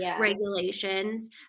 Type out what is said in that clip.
regulations